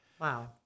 Wow